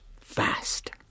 fast